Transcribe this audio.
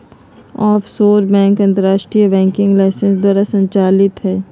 offshore bank अंतरराष्ट्रीय banking licence द्वारा संचालित हइ